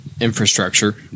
infrastructure